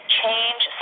change